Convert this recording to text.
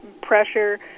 pressure